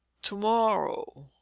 TOMORROW